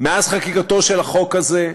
מאז חקיקתו של החוק הזה,